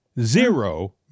Zero